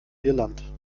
irland